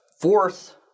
fourth